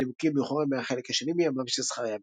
בין הנימוקים לאיחור ימי החלק השני מימיו של זכריה